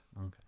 Okay